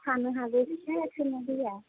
थाब हानो हागौ फिसासोना दैया